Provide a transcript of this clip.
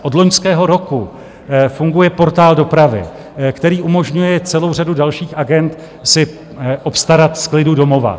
Od loňského roku funguje Portál dopravy, který umožňuje celou řadu dalších agend si obstarat z klidu domova.